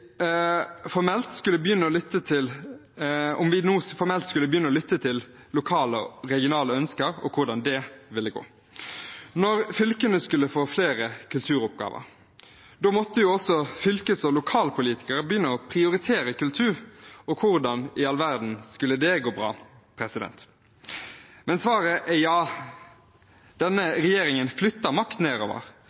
formelt skulle begynne å lytte til lokale og regionale ønsker, og hvordan det ville gå når fylkene skulle få flere kulturoppgaver. Da måtte jo også fylkes- og lokalpolitikere begynne å prioritere kultur, og hvordan i all verden skulle det gå bra? Svaret er ja, denne regjeringen flytter makt nedover.